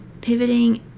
pivoting